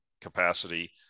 capacity